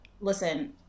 listen